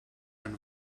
and